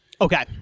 Okay